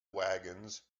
wagons